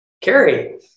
Carrie